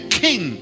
king